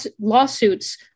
lawsuits